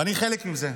ואני חלק מזה.